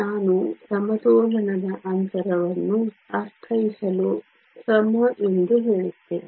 ನಾನು ಸಮತೋಲನದ ಅಂತರವನ್ನು ಅರ್ಥೈಸಲು ಸಮ ಎಂದು ಹೇಳುತ್ತೇನೆ